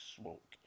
smoke